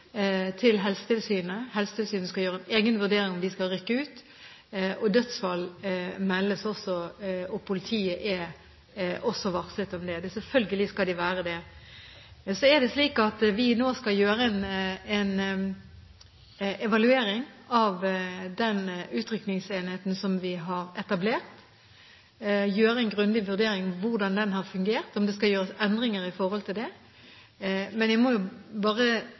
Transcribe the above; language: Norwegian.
til Helsetilsynet. Helsetilsynet skal gjøre en egen vurdering av om de skal rykke ut. Dødsfall meldes også, og politiet blir varslet om det – selvfølgelig skal de bli det. Så er det slik at vi nå skal gjøre en evaluering av den utrykningsenheten som vi har etablert, gjøre en grundig vurdering av hvordan den har fungert, og om det skal gjøres endringer. Men jeg må bare